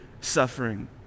suffering